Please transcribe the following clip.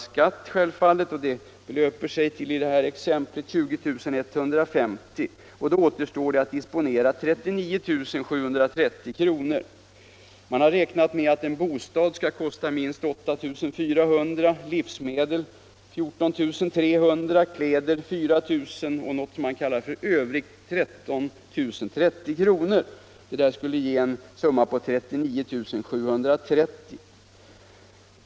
Skatten belöper sig i detta exempel till 20 150 kr. Då återstår att disponera 39 730 kr. Man har räknat med att en bostad skall kosta minst 8 400 kr., livsmedel 14 300, kläder 4 000 och ”övrigt” 13 030 kr. Det blir en summa på 39 730 kr.